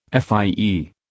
FIE